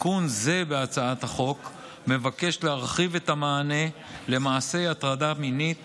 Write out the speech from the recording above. תיקון זה בהצעת החוק מבקש להרחיב את המענה למעשי הטרדה מינית